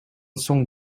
соң